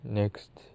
next